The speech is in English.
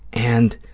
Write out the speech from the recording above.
and,